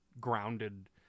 grounded